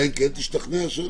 אלא אם כן תשתכנע שלא.